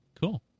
Cool